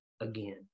again